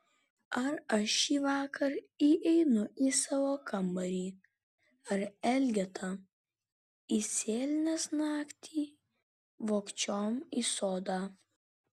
ar aš šįvakar įeinu į savo kambarį ar elgeta įsėlinęs naktyj vogčiom į sodą